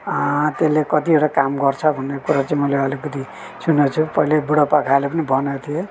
त्यसले कतिवटा काम गर्छ भन्ने कुरा चाहिँ मैले अलिकति सुनेको छु पहिले बुढोपाकाले पनि भनेका थिए